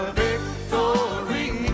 victory